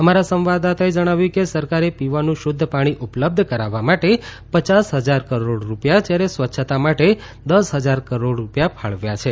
અમારા સંવાદદાતાએ જણાવ્યું કે સરકારે પીવાનું શુદ્ધ પાણી ઉપલબ્ધ કરાવવા માટે પયાસ હજાર કરોડ રૂપિયા જ્યારે સ્વચ્છતા માટે દસ હજાર કરોડ રૂપિયા ફાળવ્યા છે